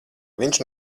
viņš